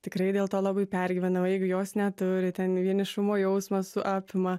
tikrai dėl to labai pergyvena o jeigu jos neturi ten vienišumo jausmas apima